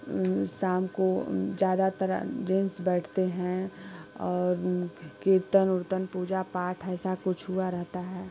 ऊ शाम को ज़्यादातर जेंट्स बैठते हैं और कीर्तन उर्तन पूजा पाठ ऐसा कुछ हुआ रहता है